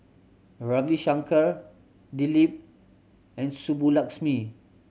Ravi Shankar Dilip and Subbulakshmi